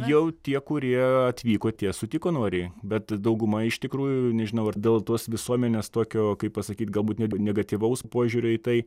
jau tie kurie atvyko tie sutiko noriai bet dauguma iš tikrųjų nežinau ar dėl tos visuomenės tokio kaip pasakyt galbūt net negatyvaus požiūrio į tai